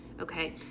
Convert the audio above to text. okay